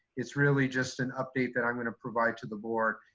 it's really just an update that i'm gonna provide to the board.